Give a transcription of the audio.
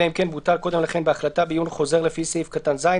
אלא אם כן בוטל קודם לכן בהחלטה בעיון חוזר לפי סעיף קטן (ז),